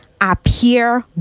appear